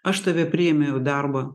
aš tave priėmiau į darbą